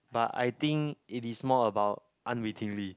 but I think it is more about unwittingly